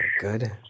good